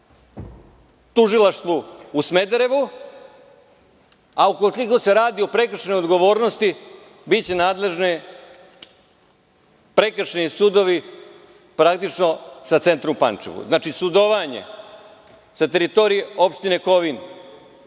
tužilaštvu u Smederevu, a ukoliko se radi o prekršaju odgovornosti, biće nadležni prekršajni sudovi sa centrom u Pančevu. Znači, sudovanje sa teritorije opštine Kovin